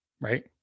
Right